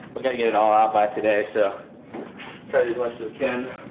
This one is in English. we're gonna get it all out by today. so tragedies, let's go ken